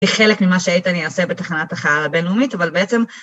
זה חלק ממה שאיתן יעשה בתחנת החלל הבינלאומית, אבל בעצם...